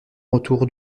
retour